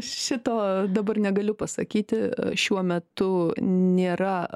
šito dabar negaliu pasakyti šiuo metu nėra